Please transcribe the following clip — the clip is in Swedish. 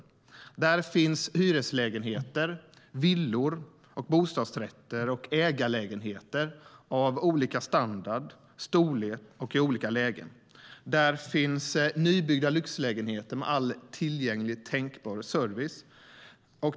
Där finns hyreslägenheter, villor, bostadsrätter och ägarlägenheter av olika standard, olika storlek och i olika lägen. Där finns nybyggda lyxlägenheter med all tillgänglig, tänkbar service.